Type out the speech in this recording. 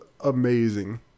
amazing